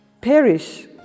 Perish